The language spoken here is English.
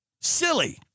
silly